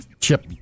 chip